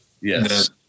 Yes